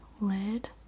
lid